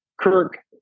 Kirk